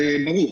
זה ברור.